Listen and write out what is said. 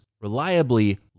Reliably